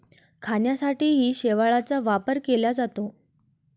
खाण्यासाठीही शेवाळाचा वापर केला जातो